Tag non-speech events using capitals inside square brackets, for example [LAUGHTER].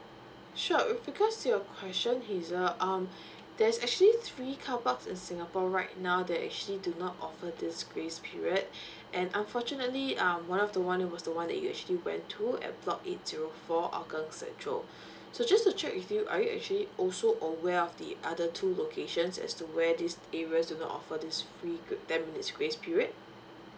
sure with regards to your question hazel um there's actually three car parks in singapore right now that actually do not offer this grace period [BREATH] and unfortunately um one of the one was the one that you actually went to at block eight zero four hougang central so just to check with you are you actually also aware of the other two locations as to where these areas do not offer this free good ten minutes grace period